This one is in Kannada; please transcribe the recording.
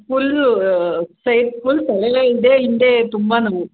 ಫುಲ್ಲೂ ಸೈಡ್ ಫುಲ್ ತಲೆ ನೋವು ಇದೆ ಹಿಂದೆ ತುಂಬ ನೋವು